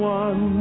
one